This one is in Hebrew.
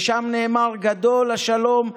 ושם נאמר: "גדול השלום,